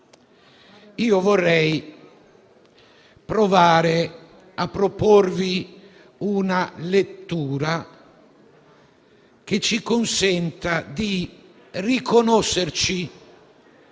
Vorrei provare a proporvi una lettura che ci consenta di riconoscerci